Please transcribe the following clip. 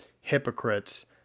hypocrites